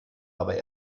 aber